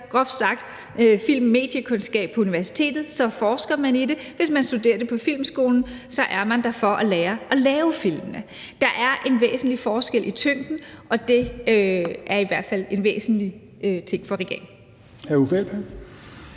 film- og mediekundskab på universitetet, forsker man i det, og hvis man studerer film på Filmskolen, er man der for at lære at lave film. Der er en væsentlig forskel i tyngden, og det er i hvert fald en væsentlig ting for regeringen.